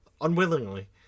Unwillingly